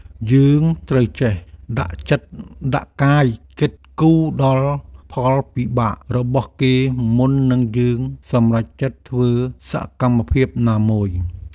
យើងត្រូវចេះដាក់ចិត្តដាក់កាយគិតគូរដល់ផលវិបាករបស់គេមុននឹងយើងសម្រេចចិត្តធ្វើសកម្មភាពណាមួយ។